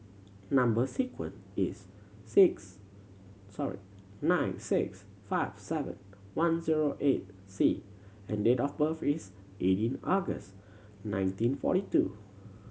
number sequence is six sorry nine six five seven one zero eight C and date of birth is eighteen August nineteen forty two